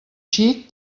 xic